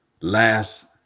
last